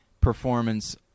performance